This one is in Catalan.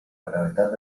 gravetat